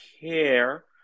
care